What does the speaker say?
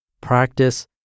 practice